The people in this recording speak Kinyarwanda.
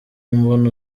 mbona